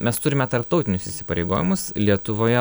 mes turime tarptautinius įsipareigojimus lietuvoje